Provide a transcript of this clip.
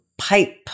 pipe